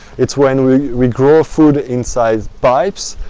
it's when we we grow food inside pipes,